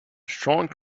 strong